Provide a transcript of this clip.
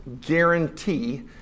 guarantee